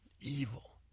Evil